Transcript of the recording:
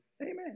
Amen